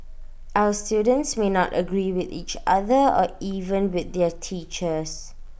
our students may not agree with each other or even with their teachers